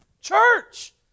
Church